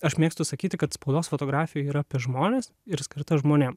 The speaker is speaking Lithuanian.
aš mėgstu sakyti kad spaudos fotografija yra apie žmones ir skirta žmonėm